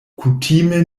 kutime